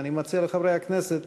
ואני מציע לחברי הכנסת